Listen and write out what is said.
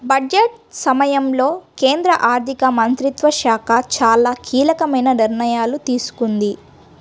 budget సమయంలో కేంద్ర ఆర్థిక మంత్రిత్వ శాఖ చాలా కీలకమైన నిర్ణయాలు తీసుకుంది